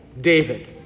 David